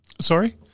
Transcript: Sorry